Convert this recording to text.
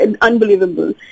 unbelievable